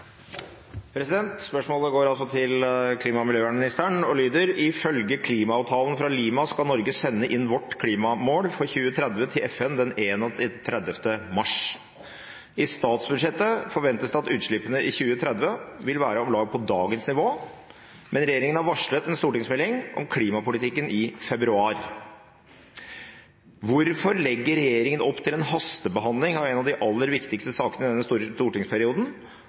kommer. Spørsmålet mitt går til klima- og miljøministeren og lyder slik: «Ifølge klimaavtalen fra Lima skal Norge sende inn vårt klimamål for 2030 til FN innen 31. mars. I statsbudsjettet forventes det at utslippene i 2030 vil være om lag på dagens nivå, men regjeringen har varslet en stortingsmelding om klimapolitikken i februar. Hvorfor legger regjeringen opp til en hastebehandling av en av de viktigste sakene i denne stortingsperioden,